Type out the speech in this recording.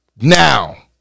now